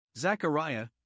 Zechariah